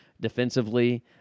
defensively